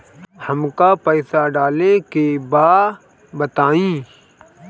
हमका पइसा डाले के बा बताई